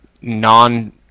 non